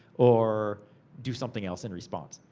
or do something else in response.